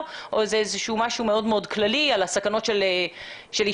או זה משהו מאוד מאוד כללי על הסכנות של עישון?